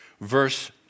verse